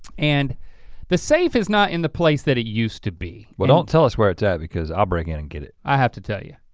and the safe is not in the place that it used to be. well don't tell us where it's at because i'll break in and get it. i have to tell you.